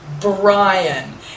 Brian